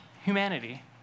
humanity